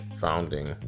founding